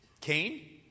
Cain